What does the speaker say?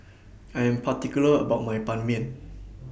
I Am particular about My Ban Mian